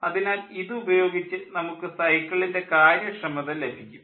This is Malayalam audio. അതിനാൽ ഇതുപയോഗിച്ച് നമുക്ക് സൈക്കിളിൻ്റെ കാര്യക്ഷമത ലഭിക്കും